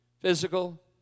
physical